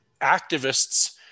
activists